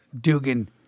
Dugan